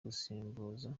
gusimbuza